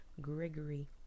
Gregory